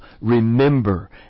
remember